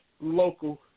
local